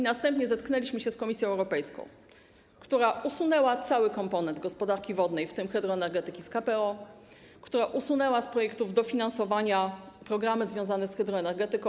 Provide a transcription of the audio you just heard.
Następnie zetknęliśmy się z Komisją Europejską, która usunęła cały komponent gospodarki wodnej, w tym hydroenergetyki, z KPO, która usunęła z projektów dofinansowania programy związane z hydroenergetyką.